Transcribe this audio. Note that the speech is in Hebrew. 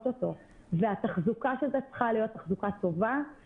אותו והתחזוקה של זה צריכה להיות תחזוקה טובה.